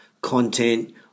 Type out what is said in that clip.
content